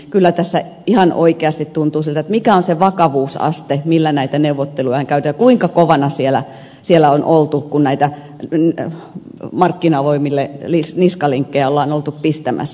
kyllä tässä ihan oikeasti tuntuu siltä että mikä on se vakavuusaste millä näitä neuvotteluja on käyty ja kuinka kovana siellä on oltu kun markkinavoimille niskalenkkejä on oltu pistämässä